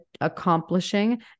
accomplishing